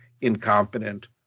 incompetent